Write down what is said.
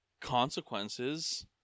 consequences